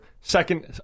second